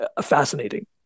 fascinating